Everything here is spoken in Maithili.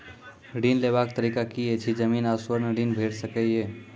ऋण लेवाक तरीका की ऐछि? जमीन आ स्वर्ण ऋण भेट सकै ये?